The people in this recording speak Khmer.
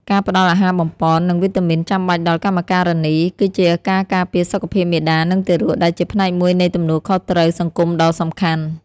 ការផ្ដល់អាហារបំប៉ន និងវីតាមីនចាំបាច់ដល់កម្មការិនី គឺជាការការពារសុខភាពមាតា និងទារក ដែលជាផ្នែកមួយនៃទំនួលខុសត្រូវសង្គមដ៏សំខាន់។